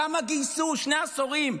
כמה גייסו, שני עשורים?